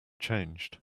changed